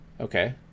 okay